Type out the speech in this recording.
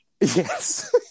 Yes